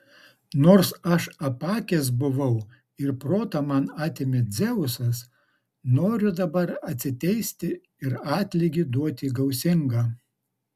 nors aš apakęs buvau ir protą man atėmė dzeusas noriu dabar atsiteisti ir atlygį duoti gausingą